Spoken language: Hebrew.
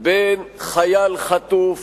בין חייל חטוף